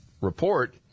report